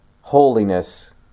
holiness